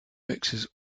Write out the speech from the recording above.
mixes